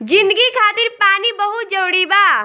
जिंदगी खातिर पानी बहुत जरूरी बा